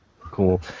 Cool